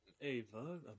Ava